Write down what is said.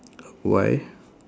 why